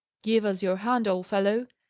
give us your hand, old fellow!